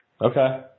Okay